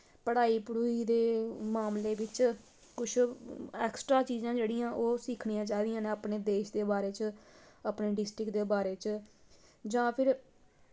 पढ़ाई पढ़ूई दे मामले बिच्च कुछ ऐक्सट्रा चीज़ां जेह्ड़ियां ओह् सिक्खनियां चाही दियां नै अपने देश दे बारे च अपने डिस्टिक दे बारे च जां फिर